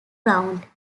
round